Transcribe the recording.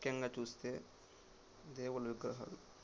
ముఖ్యంగా చూస్తే దేవుడి విగ్రహాలు